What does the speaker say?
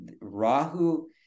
Rahu